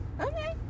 okay